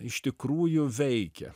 iš tikrųjų veikia